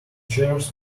chairs